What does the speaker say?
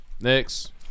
Next